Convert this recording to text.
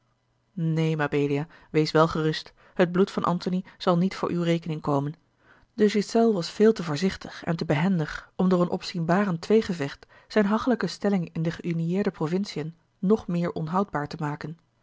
neen mabelia wees wel gerust het bloed van antony zal niet voor uwe rekening komen de ghiselles was veel te voorzichtig en te behendig om door een opzienbarend tweegevecht zijne hachelijke stelling in de geüniëerde provinciën nog meer onhoudbaar te maken